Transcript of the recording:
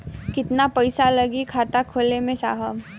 कितना पइसा लागि खाता खोले में साहब?